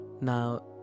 Now